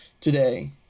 today